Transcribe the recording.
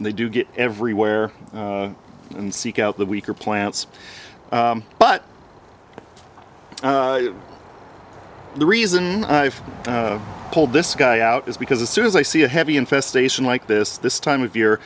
and they do get everywhere and seek out the weaker plants but the reason i've pulled this guy out is because as soon as i see a heavy infestation like this this time of year